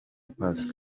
pasika